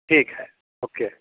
ठीक है ओके